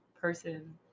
person